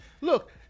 look